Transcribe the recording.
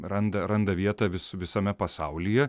randa randa vietą vis visame pasaulyje